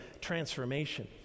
transformation